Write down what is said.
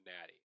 natty